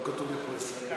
לא כתוב לי פה ישראל